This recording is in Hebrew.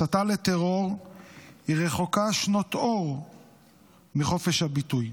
הסתה לטרור רחוקה שנות אור מחופש הביטוי.